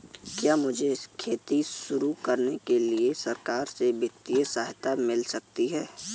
क्या मुझे खेती शुरू करने के लिए सरकार से वित्तीय सहायता मिल सकती है?